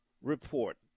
report